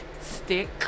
stick